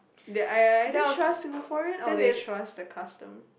that I I either trust Singaporean or they trust the custom